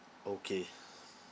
okay